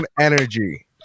energy